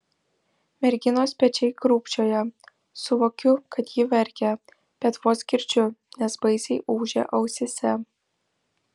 merginos pečiai krūpčioja suvokiu kad ji verkia bet vos girdžiu nes baisiai ūžia ausyse